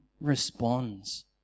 responds